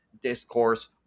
discourse